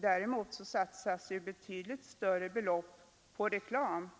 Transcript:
men betydligt större belopp på reklam.